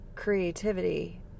creativity